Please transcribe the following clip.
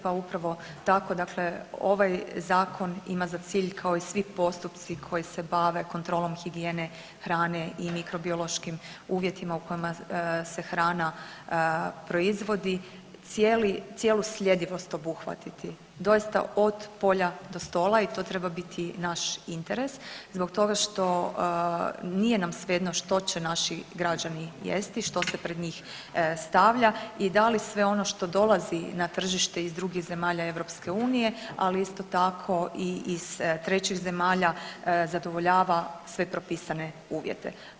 Pa upravo tako, dakle ovaj zakon ima za cilj kao i svi postupci koji se bave kontrolom higijene hrane i mikrobiološkim uvjetima u kojima se hrana proizvodi cijelu sljedivost obuhvatiti doista od polja do stola i to treba biti naš interes zbog toga što nije nam svejedno što će naši građani jesti, što se pred njih stavlja i da li sve ono što dolazi na tržište iz drugih zemalja EU ali isto tako i iz trećih zemalja zadovoljava sve propisane uvjete.